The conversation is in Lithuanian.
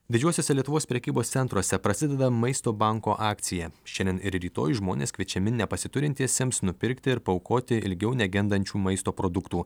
didžiuosiuose lietuvos prekybos centruose prasideda maisto banko akcija šiandien ir rytoj žmonės kviečiami nepasiturintiesiems nupirkti ir paaukoti ilgiau negendančių maisto produktų